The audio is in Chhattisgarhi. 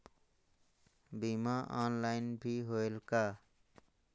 बीमा ऑनलाइन भी होयल का?